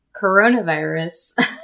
coronavirus